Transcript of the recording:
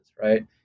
right